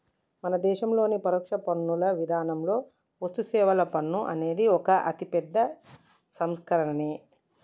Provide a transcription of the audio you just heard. మన దేశంలోని పరోక్ష పన్నుల విధానంలో వస్తుసేవల పన్ను అనేది ఒక అతిపెద్ద సంస్కరనే